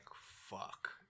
fuck